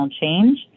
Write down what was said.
change